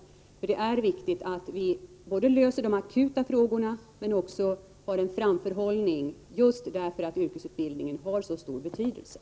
Just därför att yrkesutbildningen har så stor betydelse är det angeläget att vi både löser de akuta problemen och har en god framförhållning.